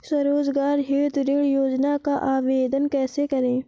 स्वरोजगार हेतु ऋण योजना का आवेदन कैसे करें?